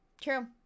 True